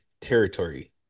territory